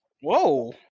Whoa